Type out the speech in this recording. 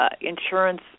insurance